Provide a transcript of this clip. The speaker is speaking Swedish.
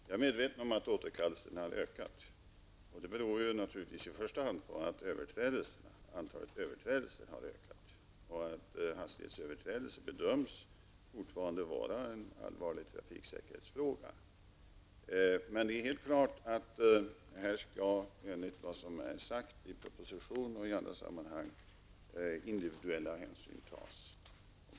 Fru talman! Jag är medveten om att antalet återkallelser har ökat. Det beror naturligtvis i första hand på att antalet överträdelser har ökat och att hastighetsöverträdelser bedöms som en allvarlig trafiksäkerhetsrisk. Enligt vad som sagts i propositionen och i andra sammanhang skall individuella hänsyn tas.